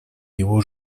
его